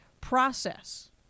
process